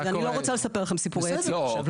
אני לא רוצה לספר לכם סיפורי עצים עכשיו.